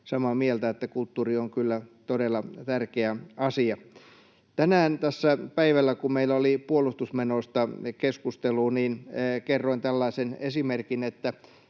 samaa mieltä, että kulttuuri on kyllä todella tärkeä asia. Tänään tässä päivällä kun meillä oli puolustusmenoista keskustelu, kerroin tällaisen esimerkin: